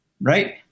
right